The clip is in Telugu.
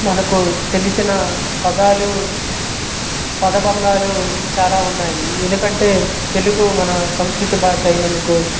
మనకు తెలిసిన పదాలు పదబంధాలు చాలా ఉన్నాయి ఎందుకంటే తెలుగు మన సంస్కృతి భాష అయినందుకు